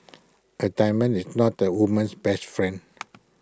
A diamond is not A woman's best friend